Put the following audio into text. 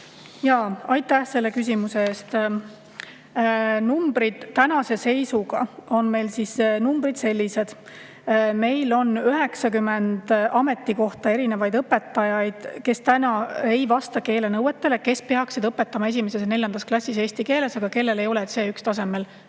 Aitäh selle küsimuse eest! Numbrid? Tänase seisuga on meil numbrid sellised: meil on 90 ametikohta, erinevaid õpetajaid, kes ei vasta keelenõuetele, kes peaksid õpetama esimeses ja neljandas klassis eesti keeles, aga kellel ei ole C1-tasemel